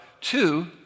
two